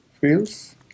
fields